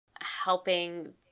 helping